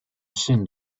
sinned